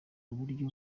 uburyo